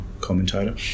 commentator